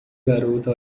garota